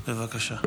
בבקשה.